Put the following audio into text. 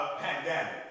pandemic